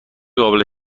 قابل